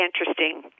interesting